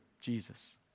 Jesus